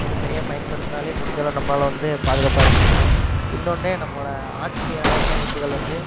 வந்து சரியாக பயன்படுத்தினாலே முடிஞ்சளவு நம்மளால் வந்து பாதுகாப்பாக இருக்க முடியும் இன்னோன்னு நம்மளை ஆட்சி செய்யற ஆட்சி அமைப்புகள் வந்து